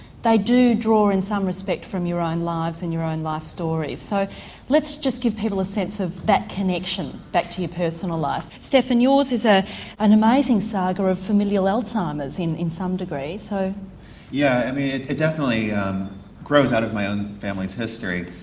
they do draw in some respect from your own lives and your own life stories, so let's just give people a sense of that connection, back to your personal life. stefan yours is ah an amazing saga of familial alzheimer's in in some degree. so yeah i mean it definitely grows out of my own family's history.